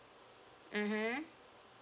mmhmm